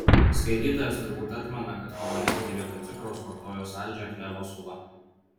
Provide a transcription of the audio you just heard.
skaitytojas turbūt atmena kad kolonistai vietoj cukraus vartojo saldžią klevo sulą